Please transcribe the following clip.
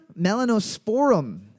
Melanosporum